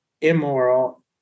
immoral